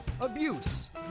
abuse